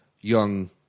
young